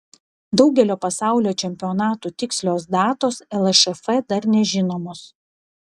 daugelio pasaulio čempionatų tikslios datos lšf dar nežinomos